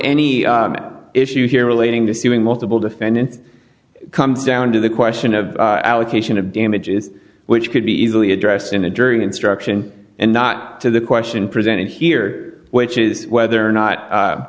any issue here relating to suing multiple defendant comes down to the question of allocation of damages which could be easily addressed in a during instruction and not to the question presented here which is whether or not